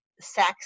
sex